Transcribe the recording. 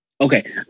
Okay